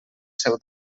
seu